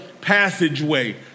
passageway